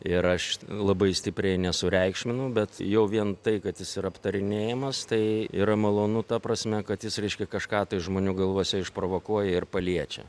ir aš labai stipriai nesureikšminu bet jau vien tai kad jis yra aptarinėjamas tai yra malonu ta prasme kad jis reiškia kažką tai žmonių galvose išprovokuoja ir paliečia